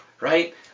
right